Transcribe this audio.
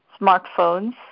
smartphones